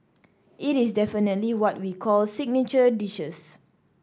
it is definitely what we call signature dishes